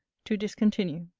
to discontinue.